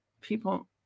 people